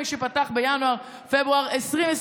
מי שפתח בינואר או בפברואר 2020,